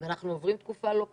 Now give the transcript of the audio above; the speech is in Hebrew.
אנחנו עוברים תקופה לא פשוטה,